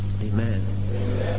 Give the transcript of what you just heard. Amen